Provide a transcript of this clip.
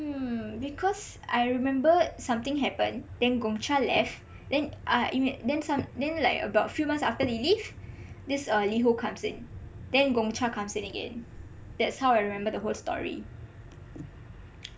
mm because I remember something happened then gongcha left then uh mm then some then like a few months after they leave this uh liho comes in then gongcha comes in again that's how I remember the whole story